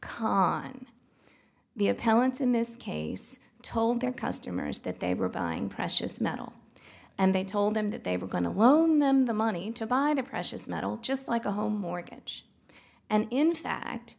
calm on the appellant's in this case told their customers that they were buying precious metal and they told them that they were going to loan them the money to buy the precious metal just like a home mortgage and in fact